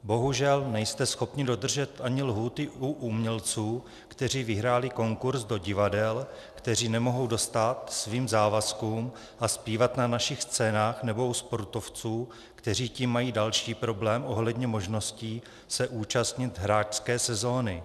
Bohužel nejste schopni dodržet ani lhůty u umělců, kteří vyhráli konkurz do divadel, kteří nemohou dostát svým závazkům a zpívat na našich scénách, nebo u sportovců, kteří tím mají další problém ohledně možností se účastnit hráčské sezóny.